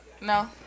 No